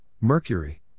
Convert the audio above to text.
Mercury